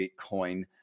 Bitcoin